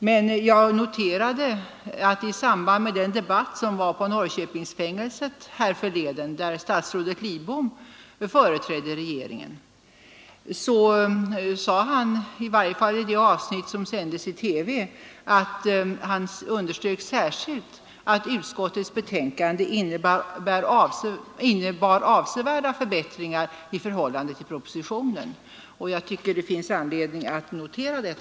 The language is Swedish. Men i samband med den debatt som ägde rum på Norrköpingsfängelset härförleden, där statsrådet Lidbom företrädde regeringen, underströk denne — i varje fall i det avsnitt som sändes i TV =— särskilt att utskottets betänkande innebar avsevärda förbättringar i förhållande till propositionen. Jag tycker att det finns anledning att här notera det.